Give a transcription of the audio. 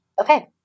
Okay